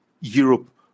Europe